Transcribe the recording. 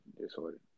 disorder